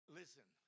listen